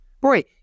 Boy